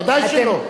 בוודאי שלא.